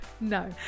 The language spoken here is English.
no